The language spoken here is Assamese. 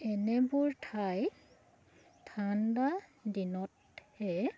এনেবোৰ ঠাই ঠাণ্ডা দিনতহে